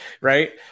right